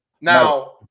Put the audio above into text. Now